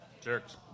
Jerks